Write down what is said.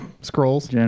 Scrolls